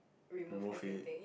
remove it